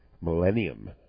millennium